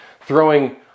throwing